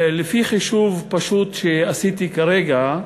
לפי חישוב פשוט שעשיתי כרגע,